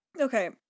Okay